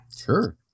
Sure